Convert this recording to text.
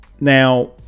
now